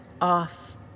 off